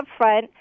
upfront